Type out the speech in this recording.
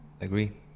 agree